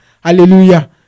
Hallelujah